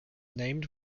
named